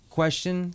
question